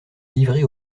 livrée